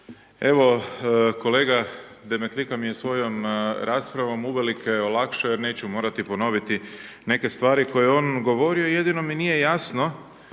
Evo, kolega Demetlika mi je svojom raspravom uvelike olakšao jer neću morati ponoviti neke stvari koje je on govorio, jedino mi nije jasno